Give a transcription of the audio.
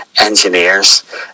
engineers